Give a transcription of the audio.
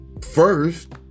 First